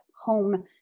home